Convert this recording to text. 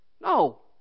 No